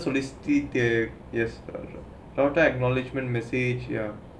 so this yes sometimes acknowledgement message ya